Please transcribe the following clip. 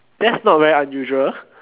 that is not very unusual